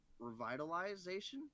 revitalization